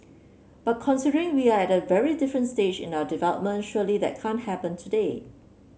but considering we are at a very different stage in our development surely that can't happen today